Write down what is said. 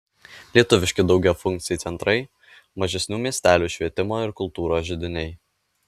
lietuviški daugiafunkciai centrai mažesnių miestelių švietimo ir kultūros židiniai